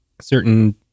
certain